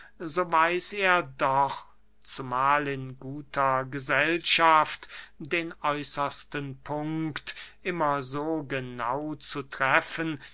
so weiß er doch zumahl in guter gesellschaft den äußersten punkt immer so genau zu treffen